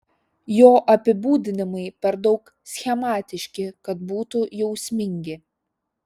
jo apibūdinimai per daug schematiški kad būtų jausmingi